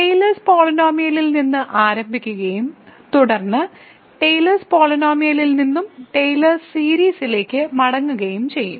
Taylor's പോളിനോമിയലിൽ നിന്ന് ആരംഭിക്കുകയും തുടർന്ന് ടെയിലേഴ്സ് പോളിനോമിയലിൽ നിന്നും ടെയ്ലർ സീരീസിലേക്ക് മടങ്ങുകയും ചെയ്യും